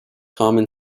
common